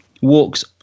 Walks